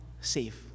safe